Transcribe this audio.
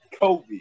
Kobe